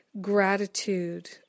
gratitude